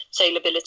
Sailability